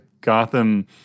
Gotham